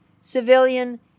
civilian